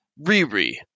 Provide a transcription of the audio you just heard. Riri